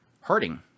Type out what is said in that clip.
hurting